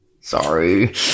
Sorry